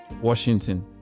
Washington